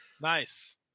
nice